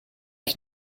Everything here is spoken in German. ich